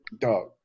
Dog